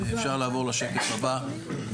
אפשר לעבור לשקף הבא,